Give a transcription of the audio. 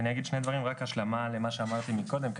אני אגיד שני דברים, רק השלמה למה שאמרתי מקודם.